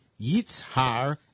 yitzhar